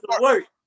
work